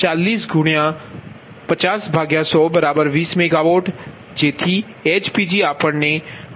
તેવી જ રીતે 40Pg401005020 MW